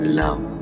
love